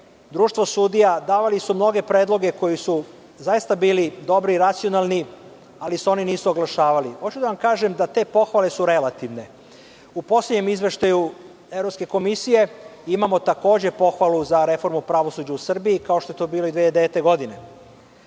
društvo sudija, davali su mnoge predloge koji su zaista bili dobri i racionalni ali se oni nisu oglašavali. Hoću da vam kažem da te pohvale su relativne. U poslednjem izveštaju Evropske komisije, imamo takođe pohvalu za reformu pravosuđa u Srbiji, kao što je to bilo i 2009. godine.